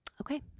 okay